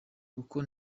kuko